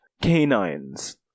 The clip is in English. canines